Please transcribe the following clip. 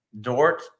Dort